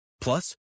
Plus